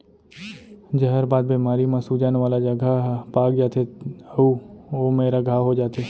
जहरबाद बेमारी म सूजन वाला जघा ह पाक जाथे अउ ओ मेरा घांव हो जाथे